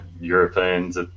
Europeans